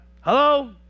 Hello